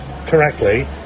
correctly